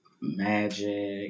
Magic